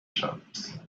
shops